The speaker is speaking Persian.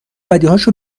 بدیهاشو